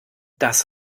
das